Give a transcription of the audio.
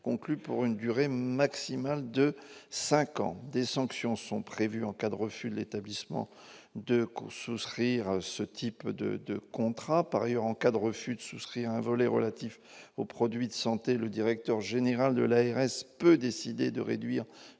conclu pour une durée maximale de 5 ans, des sanctions sont prévues en cas de refus de l'établissement de coups souscrire ce type de de contrats, par ailleurs, en cas de refus de souscrire un volet relatif aux produits de santé, le directeur général de la RS peut décider de réduire